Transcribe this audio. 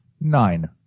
Nine